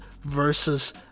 versus